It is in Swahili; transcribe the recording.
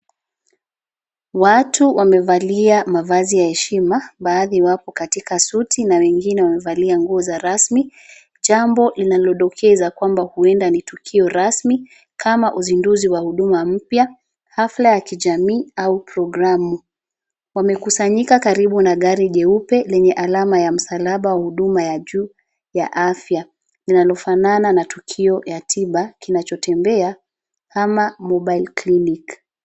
Watu wamevalia mavazi ya heshima. Baadhi wapo katika suti na wengine wamevalia nguo za rasmi, jambo linalodokeza kwamba huenda ni tukio rasmi kama uzinduzi wa huduma mpya, hafla ya kijamii au programu. Wamekusanyika karibu na gari jeupe lenye alama ya msalaba wa huduma ya juu ya afya linalofanana na tukio ya tiba kinachotembea ama mobile clinic .